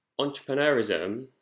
entrepreneurism